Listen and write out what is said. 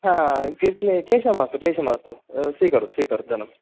हा क्ले क्ले क्लेशः मास्तु क्लेशो मास्तु स्वीकरोतु स्वीकरोतु धनम्